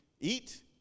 Eat